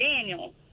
Daniel